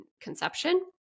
conception